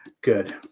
Good